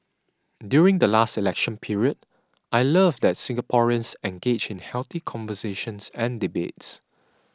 during the last election period I love that Singaporeans engage in healthy conversations and debates